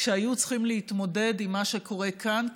כשהיו צריכים להתמודד עם מה שקורה כאן,